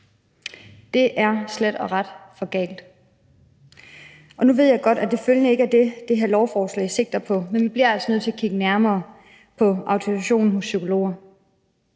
Det er slet og ret for galt. Nu ved jeg godt, at det følgende, jeg siger, ikke er det, det her lovforslag sigter på, men vi bliver altså nødt til at kigge nærmere på psykologernes